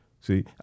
See